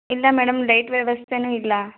ಇಲ್ಲ madam light ವ್ಯವಸ್ಥೆನೂ ಇಲ್ಲ